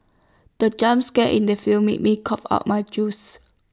the jump scare in the film made me cough out my juice